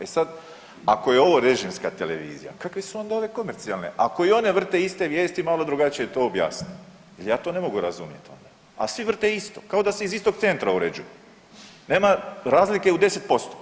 E sad ako je ovo režimska televizija kakve su onda ove komercijalne ako i one vrte iste vijesti malo drugačije to objasne jer ja to ne mogu razumjeti onda, a svi vrte isto kao da se iz istog centra uređuje, nema razlike u 10%